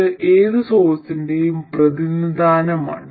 ഇത് ഏത് സോഴ്സിന്റെയും പ്രതിനിധാനമാണ്